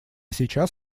сейчас